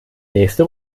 nächste